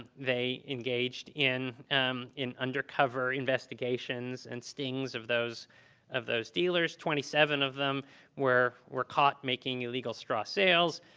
they engaged in um in undercover investigations and stings of those of those dealers. twenty seven of them were were caught making illegal straw sales.